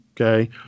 Okay